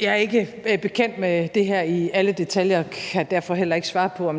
Jeg er ikke bekendt med det her i alle detaljer og kan derfor heller ikke svare på,